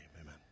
Amen